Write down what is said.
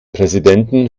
präsidenten